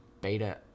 beta